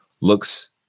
looks